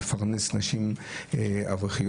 מפרנס נשים אברכיות,